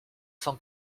cent